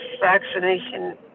vaccination